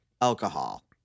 Alcohol